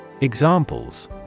Examples